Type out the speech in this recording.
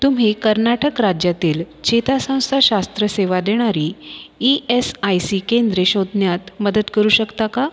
तुम्ही कर्नाटक राज्यातील चेतासंस्थाशास्त्र सेवा देणारी ई एस आय सी केंद्रे शोधण्यात मदत करू शकता का